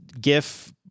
gif